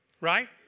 right